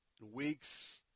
weeks